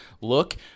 look